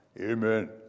Amen